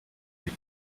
you